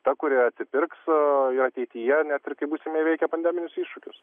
ta kuri atsipirks ateityje net ir kai būsime įveikę pandeminius iššūkius